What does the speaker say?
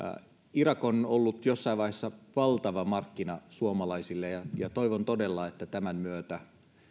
irak on ollut jossain vaiheessa valtava markkina suomalaisille ja ja toivon todella että tämän myötä